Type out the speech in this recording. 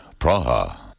Praha